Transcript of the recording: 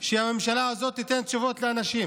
שהממשלה הזאת תיתן תשובות לאנשים.